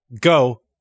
Go